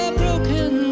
broken